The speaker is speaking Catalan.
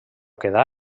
quedà